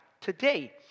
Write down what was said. today